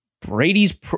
Brady's